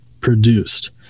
produced